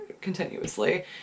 continuously